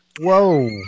Whoa